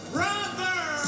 Brother